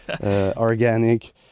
organic